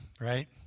right